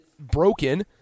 Broken